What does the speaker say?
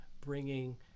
bringing